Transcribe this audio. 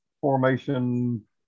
formation